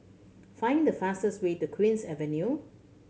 find the fastest way to Queen's Avenue